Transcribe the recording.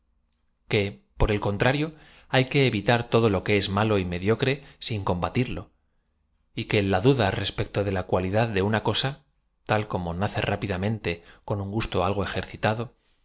que por el contrario hay que e vita r todo lo que ee malo y mediocre sin comba t ir lo y que la duda respecto de la cualidad de una coaa ta l como nace rápidamente con un gusto algo ejercitado puede aervirnoa de argumento contra e